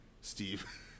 Steve